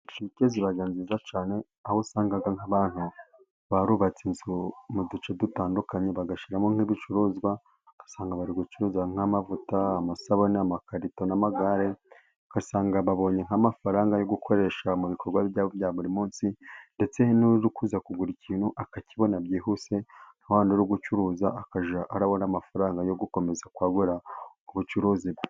Butike ziba nziza cyane aho usanga nk'abantu barubatse inzu mu duce dutandukanye, bagashyiramo nk'ibicuruzwa ,ugasanga bari gucuruza nk'amavuta, amasabune, amakarito ,n'amagare ,ugasanga babonye nk'amafaranga yo gukoresha mu bikorwa byabo bya buri munsi ,ndetse n'uri kuza kugura ikintu akakibona byihuse na wa wundi uri gucuruza akajya arabona amafaranga yo gukomeza kwagura ubucuruzi bwe.